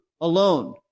alone